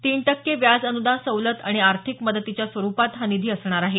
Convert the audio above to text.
तीन टक्के व्याज अनुदान सवलत आणि आर्थिक मदतीच्या स्वरूपात हा निधी असणार आहे